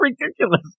ridiculous